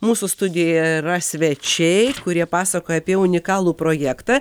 mūsų studijoje yra svečiai kurie pasakoja apie unikalų projektą